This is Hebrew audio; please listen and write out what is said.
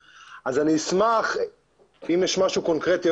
אשמח אם יש משהו קונקרטי,